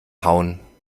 hauen